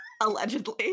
allegedly